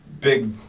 big